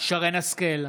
שרן מרים השכל,